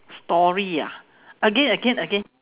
story ah again again again